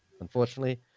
unfortunately